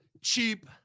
cheap